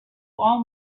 all